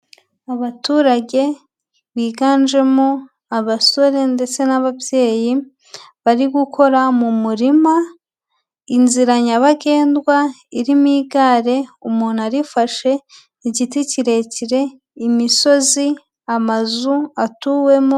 Abaturage biganjemo abasore, ndetse n'ababyeyi, bari gukora mu murima, inzira nyabagendwa irimo igare, umuntu arifashe, igiti kirekire, imisozi, amazu atuwemo.